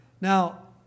Now